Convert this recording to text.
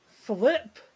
Flip